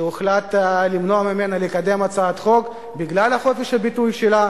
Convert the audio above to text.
שהוחלט למנוע ממנה לקדם הצעת חוק בגלל חופש הביטוי שלה.